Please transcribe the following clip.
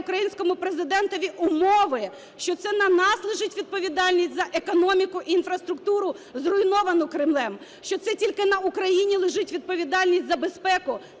українському Президентові умови, що це на нас лежить відповідальність за економіку і інфраструктуру, зруйновану Кремлем, що це тільки на Україні лежить відповідальність за безпеку,